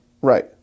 Right